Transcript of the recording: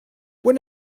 when